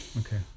okay